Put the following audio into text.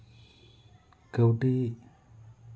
ᱠᱟᱹᱣᱰᱤ